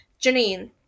Janine